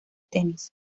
tenis